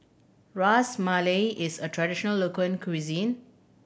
Ras Malai is a traditional local cuisine